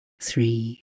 three